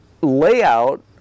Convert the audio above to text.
layout